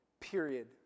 period